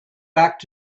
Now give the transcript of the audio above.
back